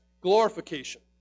glorification